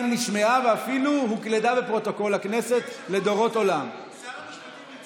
אבל אם יורשה לי להגיד את מה שביקש ממני לומר כאן שר המשפטים,